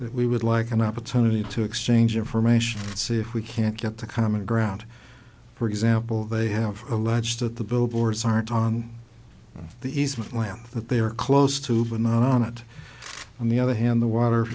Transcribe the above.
that we would like an opportunity to exchange information see if we can't get the common ground for example they have alleged that the billboards aren't on the easement land that they are close to but not on it on the other hand the water